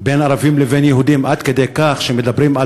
בין ערבים לבין יהודים עד כדי כך שמדברים על